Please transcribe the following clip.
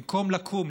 במקום לקום,